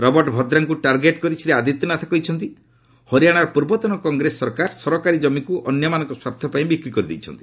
Robert ଭଦ୍ରାଙ୍କୁ target କରି ଶ୍ରୀ ଆଦିତ୍ୟନାଥ କହିଛନ୍ତି ହରିଆଣାର ପୂର୍ବତନ କଂଗ୍ରେସ ସରକାର ସରକାରୀ ଜମିକୁ ଅନ୍ୟମାନଙ୍କ ସ୍ୱାର୍ଥ ପାଇଁ ବିକ୍ରି କରିଛନ୍ତି